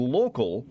local